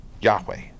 Yahweh